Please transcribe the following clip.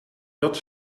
dat